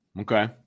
Okay